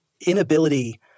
inability